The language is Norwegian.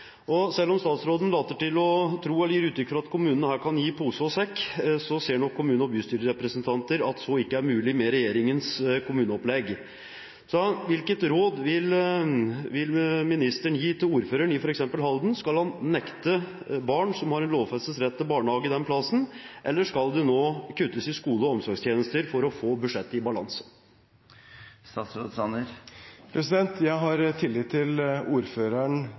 Selv om statsråden later til å tro, eller gir uttrykk for, at kommunene her kan gi i pose og sekk, ser nok kommune- og bystyrerepresentanter at så ikke er mulig med regjeringens kommuneopplegg. Så hvilket råd vil ministeren gi til ordføreren i f.eks. Halden? Skal han nekte barn som har en lovfestet rett til barnehage, den plassen, eller skal det kuttes i skole- og omsorgstjenester for å få budsjettet i balanse? Jeg har tillit til at ordføreren